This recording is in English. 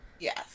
yes